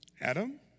Adam